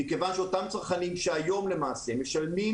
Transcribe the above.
מכיוון שאותם צרכנים שהיום למעשה משלמים